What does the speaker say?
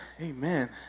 Amen